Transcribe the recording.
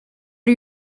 are